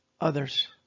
Others